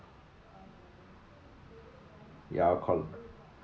ya I'll collect it